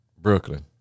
Brooklyn